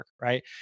right